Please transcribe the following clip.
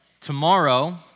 tomorrow